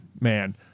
man